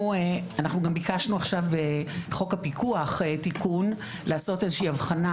ביקשנו עכשיו בחוק הפיקוח לעשות איזושהי הבחנה